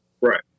Right